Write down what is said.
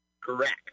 Correct